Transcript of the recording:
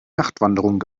nachtwanderung